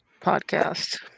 podcast